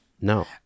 No